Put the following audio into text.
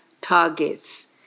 targets